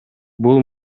бул